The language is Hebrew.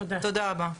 תודה רבה.